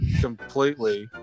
completely